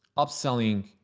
upselling,